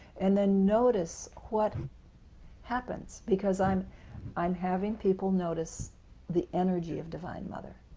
and then notice what happens, because i'm i'm having people notice the energy of divine mother.